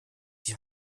die